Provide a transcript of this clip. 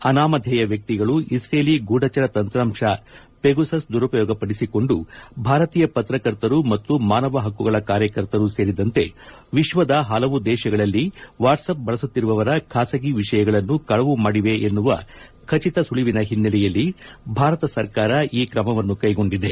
ಅನಾಮಧೇಯ ವ್ಯಕ್ತಿಗಳು ಇಶ್ರೇಲಿ ಗೂಢಚರ ತಂತ್ರಾಂಶ ಪೆಗುಸಸ್ ದುರುಪಯೋಗಪಡಿಸಿಕೊಂಡು ಭಾರತೀಯ ಪತ್ರಕರ್ತರು ಮತ್ತು ಮಾನವ ಹಕ್ಕುಗಳ ಕಾರ್ಯಕರ್ತರು ಸೇರಿದಂತೆ ವಿಶ್ವದ ಹಲವು ದೇಶಗಳಲ್ಲಿ ವಾಟ್ಸ್ಆಲ್ಲಪ್ ಬಳಸುತ್ತಿರುವವರ ಖಾಸಗಿ ವಿಷಯಗಳನ್ನು ಕಳುವು ಮಾಡಿವೆ ಎನ್ನುವ ಖಚಿತ ಸುಳಿವಿನ ಹಿನ್ನೆಲೆಯಲ್ಲಿ ಭಾರತ ಸರ್ಕಾರ ಈ ಕ್ರಮವನ್ನು ಕೈಗೊಂಡಿದೆ